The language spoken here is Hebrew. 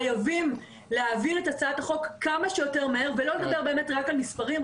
חייבים להעביר את הצעת החוק כמה שיותר מהר ולא לדבר באמת רק על מספרים,